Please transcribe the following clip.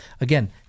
again